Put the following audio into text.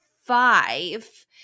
five